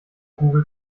google